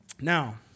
Now